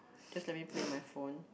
just let me plan my phone